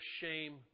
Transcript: shame